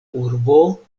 urbo